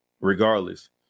regardless